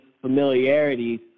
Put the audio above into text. familiarities